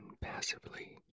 passively